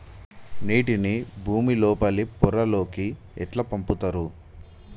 నీటిని భుమి లోపలి పొరలలోకి ఎట్లా పంపుతరు?